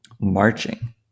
Marching